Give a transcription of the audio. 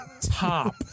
top